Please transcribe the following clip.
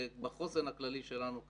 בחוסן הכללי שלנו במדינה.